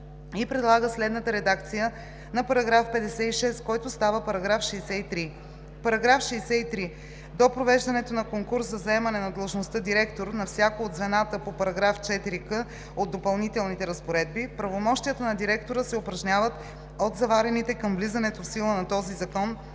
предлага следната редакция на § 56, който става § 63: „§ 63. До провеждането на конкурс за заемане на длъжността „директор“ на всяко от звената по § 4к от допълнителните разпоредби правомощията на директора се упражняват от заварените към влизането в сила на този закон